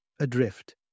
adrift